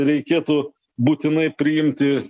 reikėtų būtinai priimti